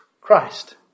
Christ